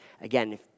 again